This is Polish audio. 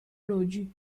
ludzi